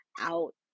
out